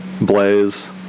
Blaze